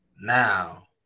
now